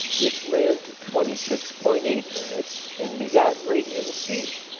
which lived twenty six point eight minutes and begot radium c,